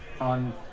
on